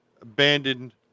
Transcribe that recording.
abandoned